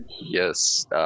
yes